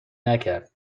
نکرد